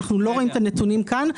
אנו לא רואים את הנתונים פה.